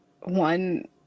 one